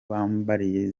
bambaye